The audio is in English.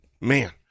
man